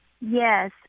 Yes